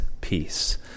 Peace